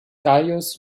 gaius